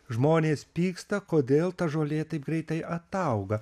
žmonės pyksta kodėl ta žolė taip greitai atauga